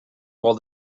while